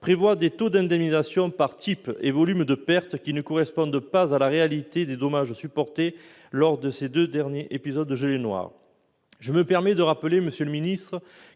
prévoit des taux d'indemnisation par type et volume de pertes qui ne correspondent pas à la réalité des dommages supportés lors de ces deux épisodes de gelée noire. Je me permets de rappeler, monsieur le ministre,